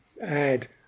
add